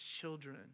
children